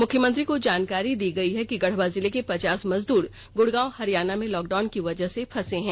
मुख्यमंत्री को जानकारी दी गयी है कि गढ़वा जिले के पचास मजदूर गुड़गांव हरियाणाा में लॉकडाउन की वजह से फंसे हैं